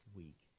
week